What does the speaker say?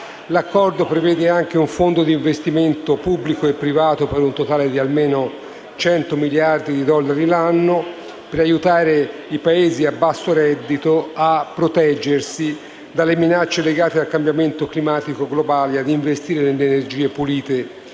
L'Accordo prevede anche un Fondo di investimento pubblico e privato per un totale di almeno 100 miliardi di dollari l'anno, per aiutare i Paesi a basso reddito a proteggersi dalle minacce legate al cambiamento climatico globale e ad investire nelle energie pulite